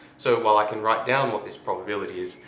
so while i can write down what this probability is,